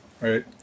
Right